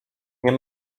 nie